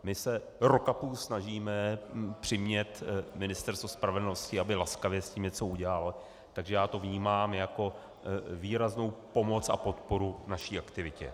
My se rok a půl snažíme přimět Ministerstvo spravedlnosti, aby laskavě s tím něco udělalo, takže já to vnímám jako výraznou pomoc a podporu naší aktivitě.